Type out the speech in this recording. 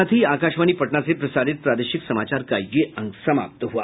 इसके साथ ही आकाशवाणी पटना से प्रसारित प्रादेशिक समाचार का ये अंक समाप्त हुआ